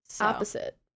opposite